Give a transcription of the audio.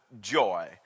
joy